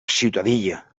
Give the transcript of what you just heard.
ciutadilla